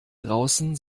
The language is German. draußen